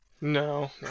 No